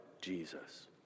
Jesus